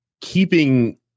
keeping